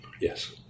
yes